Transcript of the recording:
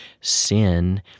sin